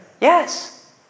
Yes